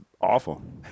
awful